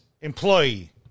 employee